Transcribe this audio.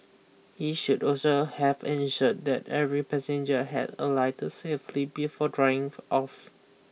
he should also have ensured that every passenger had alighted safely before driving off